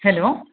hello